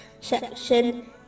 section